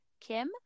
Kim